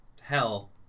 hell